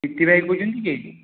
ବିକି ଭାଇ କହୁଛନ୍ତି କି